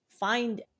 find